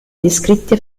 descritti